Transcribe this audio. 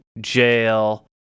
jail